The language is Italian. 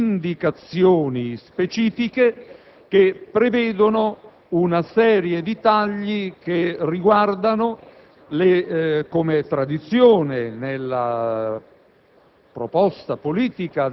in una serie di indicazioni specifiche che prevedono diversi tagli che riguardano, com'è tradizione nella